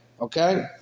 Okay